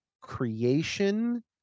creation